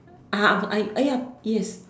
ah I I uh ya yes